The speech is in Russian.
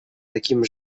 таким